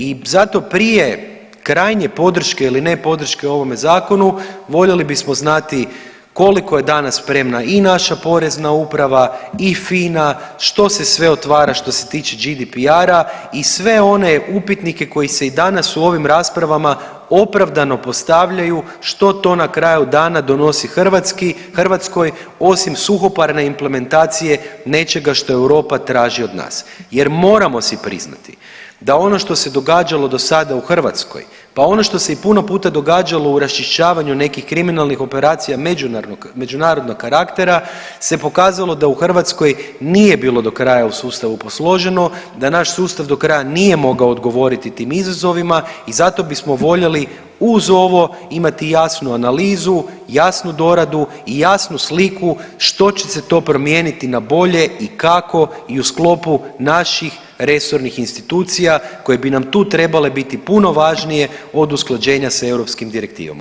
I zato prije krajnje podrške ili ne podrške ovome zakonu voljeli bismo znati koliko je danas spremna i naša porezna uprava i FINA, što se sve otvara što se tiče GDPR-a i sve one upitnike koji se i danas u ovim raspravama opravdano postavljaju što to na kraju dana donosi Hrvatskoj osim suhoparne implementacije nečega što Europa traži od nas jer moramo si priznati da ono što se događalo do sada u Hrvatskoj, pa ono što se i puno puta događalo u raščišćavanju nekih kriminalnih operacija međunarodnog karaktera se pokazalo da u Hrvatskoj nije bilo do kraja u sustavu posloženo, da naš sustav do kraja nije mogao odgovoriti tim izazovima i zato bismo voljeli uz ovo imati i jasnu analizu, jasnu doradu i jasnu sliku što će se to promijeniti na bolje i kako i u sklopu naših resornih institucija koje bi nam tu trebale biti puno važnije od usklađenja sa europskim direktivama.